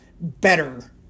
better